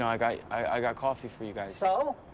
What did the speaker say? i i got coffee for you guys? so?